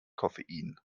koffein